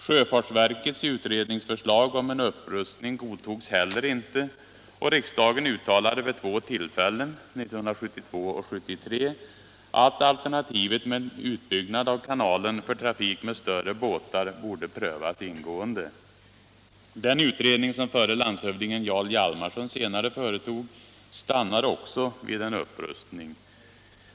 Sjöfartsverkets utredningsförslag om en upprustning godtogs heller inte, och riksdagen uttalade vid två tillfällen — 1972 och 1973 — att alternativet med en utbyggnad av kanalen för trafik med större båtar borde prövas ingående. Den utredning som förre landshövdingen Jarl Hjalmarson senare företog stannade också vid en upprustning.